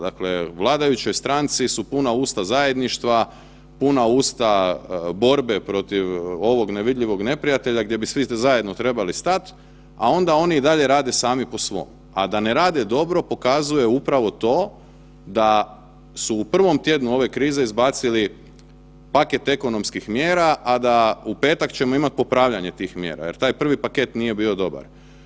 Dakle, vladajućoj stranici su puna usta zajedništva, puna usta borba protiv ovog nevidljivog neprijatelja gdje bi svi zajedno trebali stati, a onda oni i dalje rade sami po svome, a da ne rade dobro pokazuje upravo to da su u prvom tjednu ove krize izbacili paket ekonomskim mjera, a da u petak ćemo imati popravljanje tih mjera jer taj prvi paket nije bio dobar.